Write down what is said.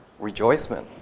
rejoicement